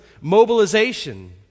mobilization